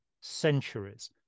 centuries